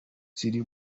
ziri